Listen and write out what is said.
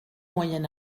moyen